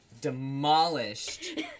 demolished